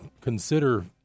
consider